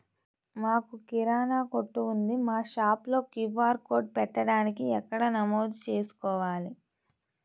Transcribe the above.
మాకు కిరాణా కొట్టు ఉంది మా షాప్లో క్యూ.ఆర్ కోడ్ పెట్టడానికి ఎక్కడ నమోదు చేసుకోవాలీ?